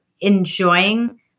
enjoying